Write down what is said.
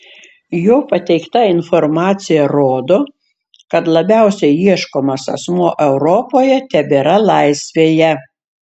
jo pateikta informacija rodo kad labiausiai ieškomas asmuo europoje tebėra laisvėje